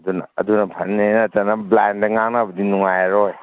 ꯑꯗꯨꯅ ꯑꯗꯨꯅ ꯐꯅꯤ ꯅꯠꯇꯅ ꯕ꯭ꯂꯥꯏꯟꯗ ꯉꯥꯡꯅꯕꯗꯤ ꯅꯨꯡꯉꯥꯏꯔꯣꯏ